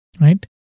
Right